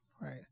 right